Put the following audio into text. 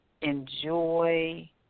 enjoy